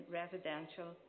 residential